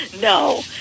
no